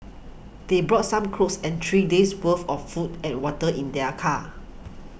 they brought some clothes and three days' worth of food and water in their car